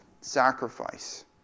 sacrifice